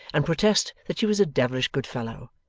and protest that she was a devilish good fellow,